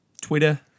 Twitter